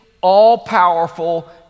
all-powerful